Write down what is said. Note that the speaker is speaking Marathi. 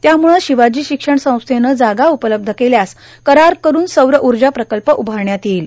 त्यामुळ शिवाजी शिक्षण संस्थेनं जागा उपलब्ध केल्यास करार करून सौर ऊर्जा प्रकल्प उभारण्यात येईल